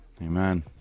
Amen